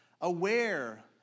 aware